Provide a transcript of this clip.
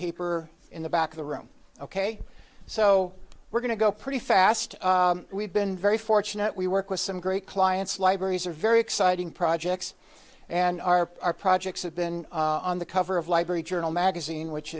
paper in the back of the room ok so we're going to go pretty fast we've been very fortunate we work with some great clients libraries are very exciting projects and are our projects have been on the cover of library journal magazine which